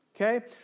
Okay